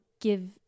give